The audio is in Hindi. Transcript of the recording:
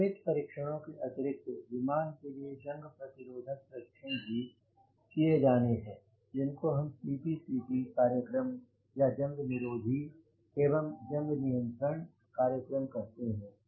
नियमित परीक्षणों के अतिरिक्त विमान के लिए जंग प्रतिरोधक परीक्षण भी किये जाने हैं जिनको हम CPCP कार्यक्रम या जंग निरोधी एवं जंग नियंत्रण कार्यक्रम कहते हैं